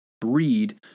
breed